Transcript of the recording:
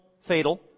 fatal